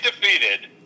defeated